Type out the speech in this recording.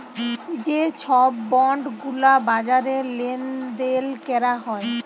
যে ছব বল্ড গুলা বাজারে লেল দেল ক্যরা হ্যয়